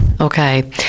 Okay